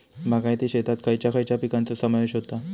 बागायती शेतात खयच्या खयच्या पिकांचो समावेश होता?